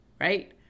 right